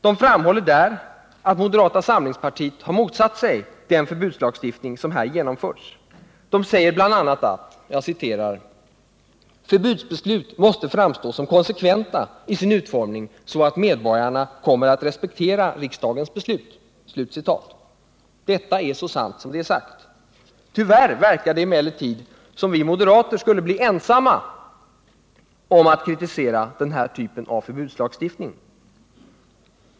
De framhåller att moderata samlingspartiet har motsatt sig den förbudslagstiftning som här genomförts. Exempelvis säger de: ”Förbudsbeslut måste framstå som konsekventa i sin utformning, så att medborgarna kommer att respektera riksdagens beslut.” Detta är så sant som det är sagt. Tyvärr verkar det emellertid som om vi moderater skulle bli ensamma om att kritisera den här typen av förbudslagstiftning.